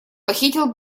похитил